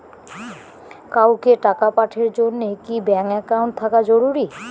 কাউকে টাকা পাঠের জন্যে কি ব্যাংক একাউন্ট থাকা জরুরি?